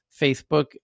Facebook